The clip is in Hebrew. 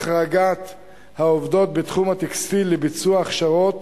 החרגת העובדות בתחום הטקסטיל לביצוע הכשרות